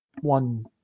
one